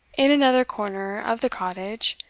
in another corner of the cottage,